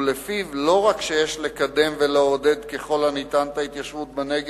ולפיו לא רק שיש לקדם ולעודד ככל הניתן את ההתיישבות בנגב,